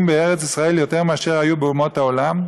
בארץ-ישראל יותר מאשר היו באומות העולם?